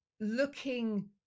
looking